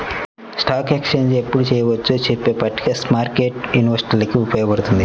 stock exchange ఎప్పుడు చెయ్యొచ్చో చెప్పే పట్టిక స్మార్కెట్టు ఇన్వెస్టర్లకి ఉపయోగపడుతుంది